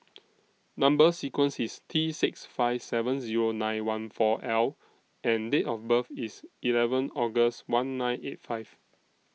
Number sequence IS T six five seven Zero nine one four L and Date of birth IS eleven August one nine eight five